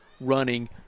running